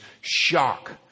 shock